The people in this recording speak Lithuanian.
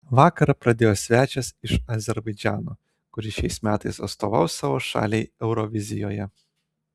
vakarą pradėjo svečias iš azerbaidžano kuris šiais metais atstovaus savo šaliai eurovizijoje